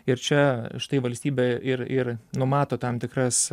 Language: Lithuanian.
ir čia štai valstybė ir ir numato tam tikras